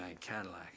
Cadillac